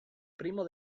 primo